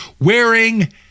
wearing